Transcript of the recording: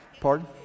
pardon